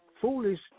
foolish